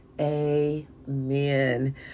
amen